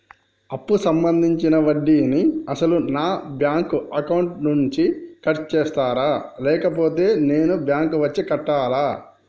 అప్పు సంబంధించిన వడ్డీని అసలు నా బ్యాంక్ అకౌంట్ నుంచి కట్ చేస్తారా లేకపోతే నేను బ్యాంకు వచ్చి కట్టాలా?